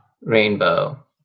Rainbow